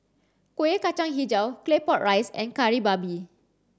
Kueh Kacang Hijau Claypot Rice and Kari Babi